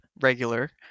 regular